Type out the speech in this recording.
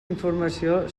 informació